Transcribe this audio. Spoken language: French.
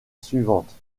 suivante